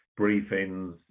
briefings